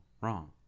Wrong